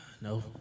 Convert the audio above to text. No